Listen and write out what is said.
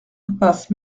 impasse